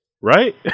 Right